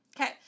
Okay